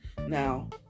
Now